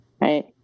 Right